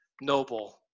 noble